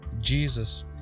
jesus